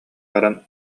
баран